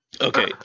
okay